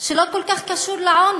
שלא כל כך קשור לעוני,